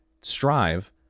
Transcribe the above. strive